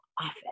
office